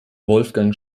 wolfgang